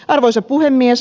arvoisa puhemies